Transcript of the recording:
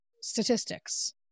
statistics